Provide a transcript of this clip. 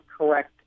correct